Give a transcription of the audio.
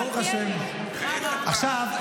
עכשיו,